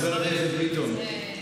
חבר הכנסת ביטון,